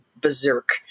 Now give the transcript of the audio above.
berserk